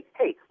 hey